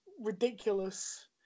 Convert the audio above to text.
ridiculous